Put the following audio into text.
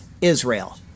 Israel